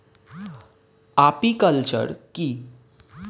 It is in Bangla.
আপিকালচার কি?